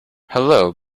hello